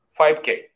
5k